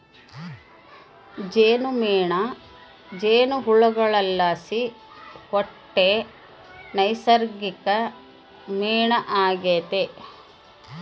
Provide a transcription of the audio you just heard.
ಜೇನುಮೇಣ ಜೇನುಹುಳುಗುಳ್ಲಾಸಿ ಹುಟ್ಟೋ ನೈಸರ್ಗಿಕ ಮೇಣ ಆಗೆತೆ